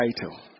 title